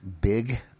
big